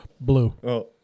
Blue